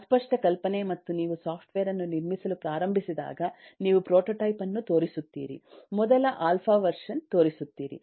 ಅಸ್ಪಷ್ಟ ಕಲ್ಪನೆಮತ್ತು ನೀವು ಸಾಫ್ಟ್ವೇರ್ ಅನ್ನು ನಿರ್ಮಿಸಲು ಪ್ರಾರಂಭಿಸಿದಾಗ ನೀವು ಪ್ರೊಟೋಟೈಪ್ ಅನ್ನು ತೋರಿಸುತ್ತೀರಿ ಮೊದಲ ಆಲ್ಫಾ ವರ್ಷನ್ ತೋರಿಸುತ್ತೀರಿ